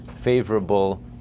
favorable